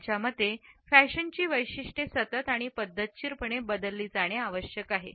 त्यांच्या मते फॅशनची वैशिष्ट्ये सतत आणि पद्धतशीरपणे बदलली जाणे आवश्यक आहे